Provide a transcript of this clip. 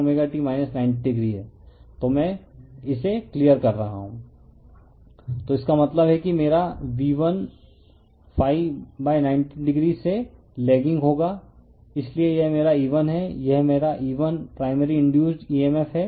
refer slide time 2038 तो इसका मतलब है कि मेरा V1 90o से लैगिंग होगा इसलिए यह मेरा E1 है यह मेरा E1 प्राइमरी इंडयुसड emf है